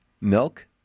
Milk